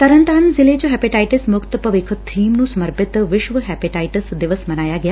ਤਰਨਤਾਰਨ ਜ਼ਿਲੇ ਚ ਹੈਪੇਟਾਈਟਸ ਮੁਕਤ ਭਵਿੱਖ ਬੀਮ ਨੂੰ ਸਮਰਪਿਤ ਵਿਸ਼ਵ ਹੈਪੇਟਾਈਟਸ ਦਿਵਸ ਮਨਾਇਆ ਗਿਆ